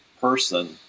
person